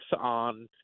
on